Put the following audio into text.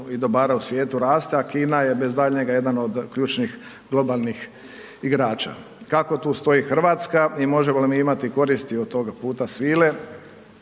i dobara u svijetu raste, a Kina je bez daljnjega jedan od ključnih globalnih igrača. Kako tu stoji Hrvatska i možemo li mi imati koristi od toga puta svile